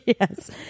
yes